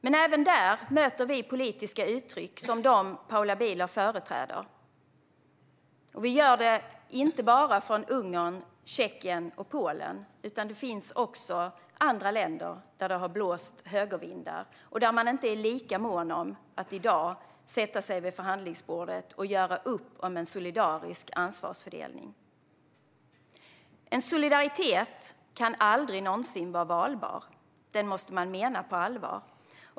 Men även där möter vi politiska uttryck som dem som Paula Bieler företräder - inte bara från Ungern, Tjeckien och Polen, utan även från andra länder där det har blåst högervindar och där man i dag inte är lika mån om att sätta sig vid förhandlingsbordet och göra upp om en solidarisk ansvarsfördelning. En solidaritet kan aldrig någonsin vara valbar; den måste man mena på allvar.